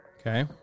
Okay